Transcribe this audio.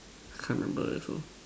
can't remember also